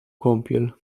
kąpiel